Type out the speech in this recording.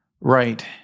Right